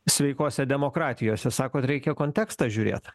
sveikose demokratijose sakot reikia kontekstą žiūrėt